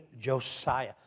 Josiah